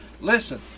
Listen